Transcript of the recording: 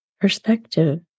perspective